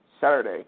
Saturday